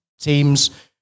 teams